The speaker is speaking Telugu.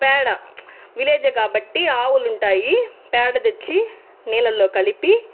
పేడా విలేజే కాబట్టీ ఆవులుంటాయి పేడా తెచ్చి నీళ్ళలో కలిపి